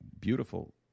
beautiful